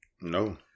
no